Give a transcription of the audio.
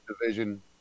division